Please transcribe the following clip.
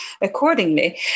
accordingly